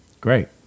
great